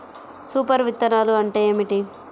Super విత్తనాలు అంటే ఏమిటి?